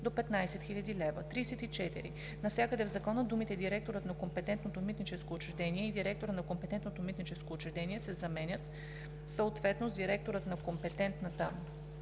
до 15 000 лв.“ 34. Навсякъде в закона думите „директорът на компетентното митническо учреждение“ и „директора на компетентното митническо учреждение“ се заменят съответно с „директорът на компетентната